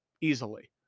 easily